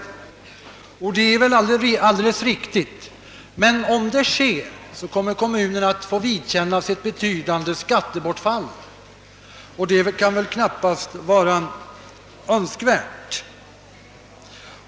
Det är visserligen alldeles riktigt, men om så sker får kommunerna vidkännas ett betydande skattebortfall, och det kan knappast vara önskvärt.